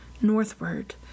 northward